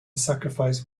sacrifice